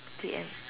the end